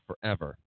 forever